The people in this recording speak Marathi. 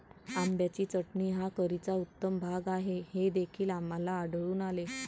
आंब्याची चटणी हा करीचा उत्तम भाग आहे हे देखील आम्हाला आढळून आले